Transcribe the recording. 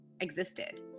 existed